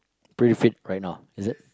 pretty fit right now is it